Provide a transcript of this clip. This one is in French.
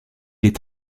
est